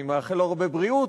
אני מאחל לו הרבה בריאות,